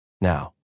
now